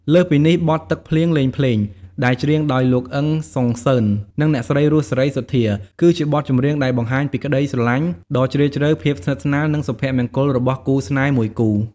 លើសពីនេះ បទ "ទឹកភ្លៀងលេងភ្លេង" ដែលច្រៀងដោយលោក អ៊ឹម សុងសឺម និងអ្នកស្រី រស់ សេរីសុទ្ធា គឺជាបទចម្រៀងដែលបង្ហាញពី ក្តីស្រឡាញ់ដ៏ជ្រាលជ្រៅ ភាពស្និទ្ធស្នាល និងសុភមង្គល របស់គូស្នេហ៍មួយគូ។